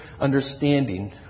understanding